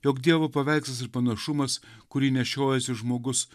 jog dievo paveikslas ir panašumas kurį nešiojasi žmogus